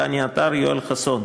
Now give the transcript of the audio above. דניאל עטר ויואל חסון,